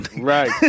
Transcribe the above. Right